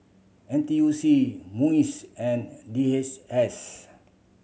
N T U C MUIS and D H S